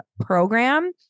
program